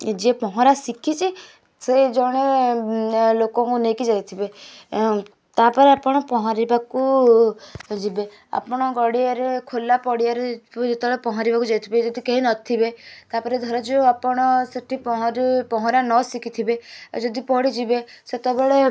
ଯିଏ ପହଁରା ଶିଖିଛି ସେ ଜଣେ ଲୋକକୁ ନେଇକି ଯାଇଥିବେ ତା'ପରେ ଆପଣ ପହଁରିବାକୁ ଯିବେ ଆପଣ ଗଡ଼ିଆରେ ଖୋଲା ପଡ଼ିଆରେ ଯେତେବେଳେ ପହଁରିବାକୁ ଯାଇଥିବେ ଯଦି କେହି ନଥିବେ ତା'ପରେ ଧର ଯେଉଁ ଆପଣ ସେଇଠି ପହଁରି ପହଁରା ନ ଶିଖିଥିବେ ଆଉ ଯଦି ପଡ଼ିଯିବେ ସେତେବେଳେ